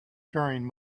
faring